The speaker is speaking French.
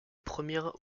premières